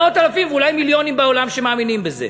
מאות אלפים ואולי מיליונים בעולם שמאמינים בזה.